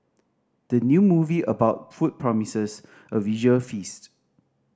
the new movie about food promises a visual feast